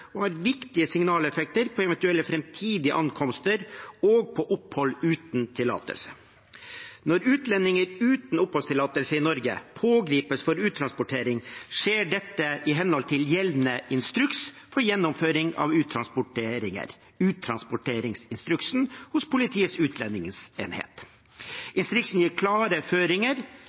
og har viktige signaleffekter for eventuelle framtidige ankomster og opphold uten tillatelse. Når utlendinger uten oppholdstillatelse i Norge pågripes for uttransportering, skjer dette i henhold til gjeldende instruks for gjennomføring av uttransporteringer, uttransporteringsinstruksen, hos Politiets utlendingsenhet. Instruksen gir klare føringer